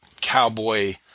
cowboy